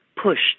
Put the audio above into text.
pushed